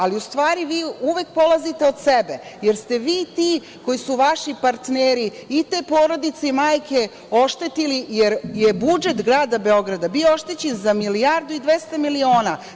Ali, u stvari, vi uvek polazite od sebe, jer ste vi ti koji su vaši partneri i te porodice i majke oštetili, jer je budžet grada Beograda bio oštećen za 1.200.000.000.